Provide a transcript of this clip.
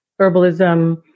herbalism